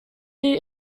die